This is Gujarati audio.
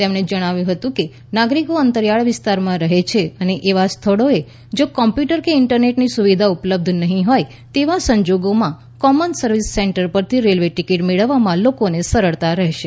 તેમણે જણાવ્યું હતું કે જે નાગરિકો અંતરીયાળ વિસ્તારોમાં રહે છે અને એવા સ્થળોએ જો કોમ્યુટર કે ઈન્ટરનેટની સુવિધા ઉપલબ્ધ નહીં હોય તો તેવા સંજોગોમાં કોમન સર્વિસ સેન્ટર પરથી રેલવે ટિકિટ મેળવવામાં લોકોને સરળતા રહેશે